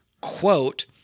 quote—